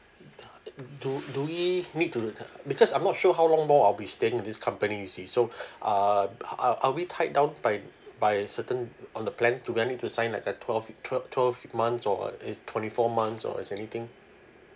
do do we need to the tar~ because I'm not sure how long more I'll be staying in this company actually so uh are are we tied down by by certain on the plan do I need to sign like a twelve twelve twelve months or a twenty four months or as anything